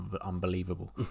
unbelievable